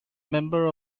member